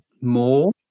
more